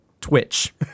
Twitch